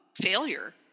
failure